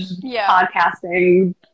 podcasting